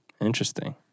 Interesting